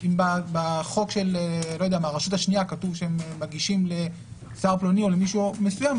אם בחוק של הרשות השנייה כתוב שהם מגישים לשר פלוני או למישהו מסוים,